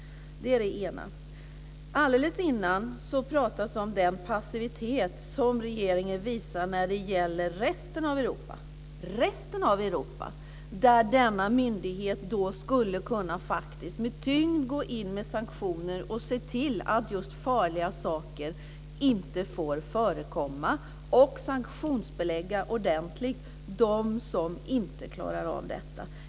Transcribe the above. Det är det ena. Alldeles innan talas i interpellationen om den passivitet som regeringen visar när det gäller resten av Europa. Där skulle denna myndighet med tyngd kunna gå in med sanktioner och se till att farliga saker inte får förekomma. Den skulle ordentligt kunna sanktionsbelägga de som inte klarar av detta.